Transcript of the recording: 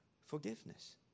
forgiveness